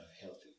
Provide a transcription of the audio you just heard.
healthy